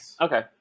Okay